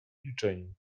milczeniu